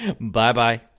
Bye-bye